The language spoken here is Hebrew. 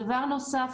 דבר נוסף,